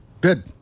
good